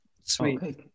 Sweet